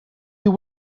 you